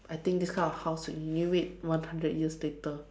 I think this kind of house renew it one hundred years later